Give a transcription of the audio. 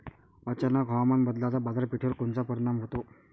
अचानक हवामान बदलाचा बाजारपेठेवर कोनचा परिणाम होतो?